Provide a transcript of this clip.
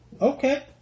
Okay